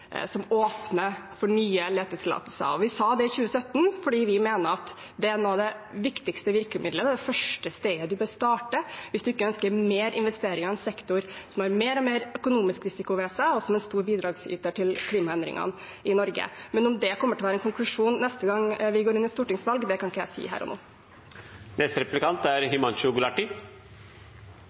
som åpner for nye letetillatelser. Vi sa det i 2017 fordi vi mener at det er et av de viktigste virkemidlene, det første stedet en bør starte hvis en ikke ønsker større investeringer i en sektor som har mer og mer økonomisk risiko ved seg, og som er en stor bidragsyter til klimaendringene i Norge. Men om det kommer til å være en konklusjon neste gang vi går inn i et stortingsvalg, det kan jeg ikke si her og nå.